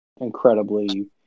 incredibly